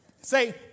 say